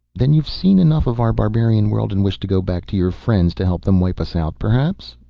then you have seen enough of our barbarian world, and wish to go back to your friends. to help them wipe us out perhaps?